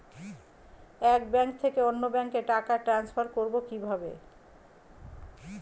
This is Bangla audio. এক ব্যাংক থেকে অন্য ব্যাংকে টাকা ট্রান্সফার করবো কিভাবে?